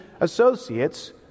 associates